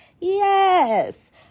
Yes